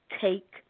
take